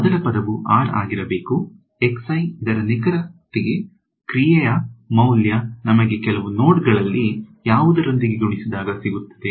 ಮೊದಲ ಪದವು r ಆಗಿರಬೇಕು ಇದರ ನಿಖರವಾಗಿ ಕ್ರಿಯೆಯ ಮೌಲ್ಯ ನಮಗೆ ಕೆಲವು ನೋಡ್ಗಳಲ್ಲಿ ಯಾವುದರೊಂದಿಗೆ ಗುಣಿಸಿದಾಗ ಸಿಗುತ್ತದೆ